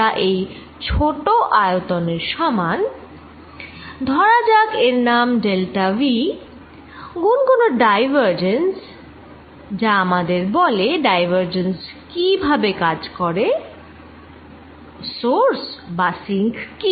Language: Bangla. যা এই ছোট আয়তন এর সমান ধরা যাক এর নাম ডেলটা v গুন কোন ডাইভারজেন্স যা আমাদের বলে ডাইভারজেন্স কি ভাবে কাজ করে ও সোর্স বা সিঙ্ক কি